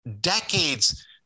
decades